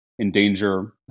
Endanger